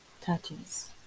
touches